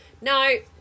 no